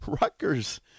Rutgers –